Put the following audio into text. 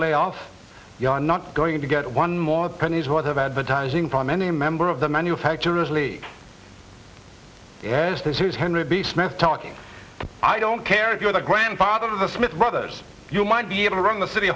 lay off you are not going to get one more penny's worth of advertising from any member of the manufacturers lee yes this is henry b smith talking i don't care if you are the grandfather of the smith brothers you might be able to run the city